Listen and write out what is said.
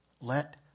Let